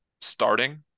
starting